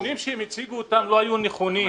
הנתונים שהם הציגו לא היו נכונים.